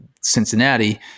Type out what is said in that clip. Cincinnati